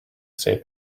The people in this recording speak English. say